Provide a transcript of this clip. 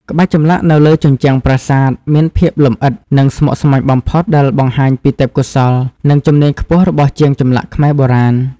ក្បាច់ចម្លាក់នៅលើជញ្ជាំងប្រាសាទមានភាពលម្អិត និងស្មុគស្មាញបំផុត ដែលបង្ហាញពីទេពកោសល្យ និងជំនាញខ្ពស់របស់ជាងចម្លាក់ខ្មែរបុរាណ។